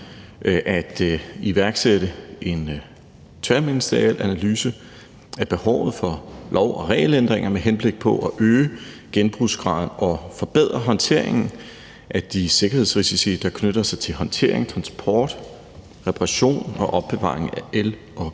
at iværksætte en tværministeriel analyse af behovet for lov- og regelændringer med henblik på at øge genbrugsgraden og forbedre håndteringen af de sikkerhedsrisici, der knytter sig til håndtering, transport, reparation og opbevaring af el- og